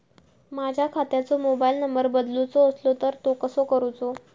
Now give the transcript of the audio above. माझ्या खात्याचो mobile number बदलुचो असलो तर तो कसो करूचो?